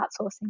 outsourcing